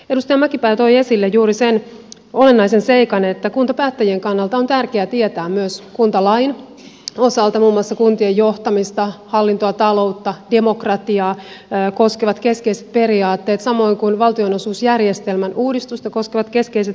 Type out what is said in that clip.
edustaja mäkipää toi esille juuri sen olennaisen seikan että kuntapäättäjien kannalta on tärkeää tietää myös kuntalain osalta muun muassa kuntien johtamista hallintoa taloutta demokratiaa koskevat keskeiset periaatteet samoin kuin valtionosuusjärjestelmän uudistusta koskevat keskeiset periaatteet